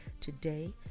today